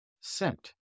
sent